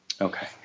Okay